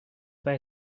pas